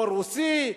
או רוסי,